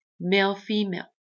male-female